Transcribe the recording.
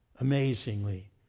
Amazingly